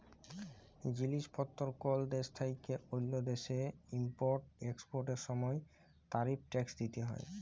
জিলিস পত্তর কল দ্যাশ থ্যাইকে অল্য দ্যাশে ইম্পর্ট এক্সপর্টের সময় তারিফ ট্যাক্স দ্যিতে হ্যয়